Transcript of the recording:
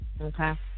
Okay